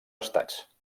estats